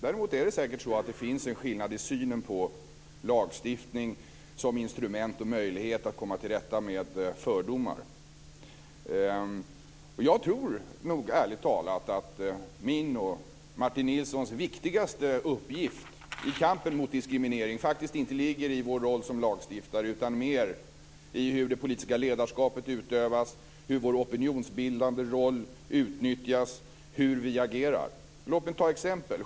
Det finns däremot säkerligen en skillnad mellan oss i synen på lagstiftning som instrument för att komma till rätta med fördomar. Jag tror, ärligt talat, att min och Martin Nilssons viktigaste uppgift i kampen mot diskriminering inte ligger i vår roll som lagstiftare utan mer i hur det politiska ledarskapet utövas, i hur vår opinionsbildande roll utnyttjas och i hur vi agerar. Låt mig ge ett exempel.